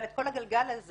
אבל את כל הגלגל הזה